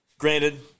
Granted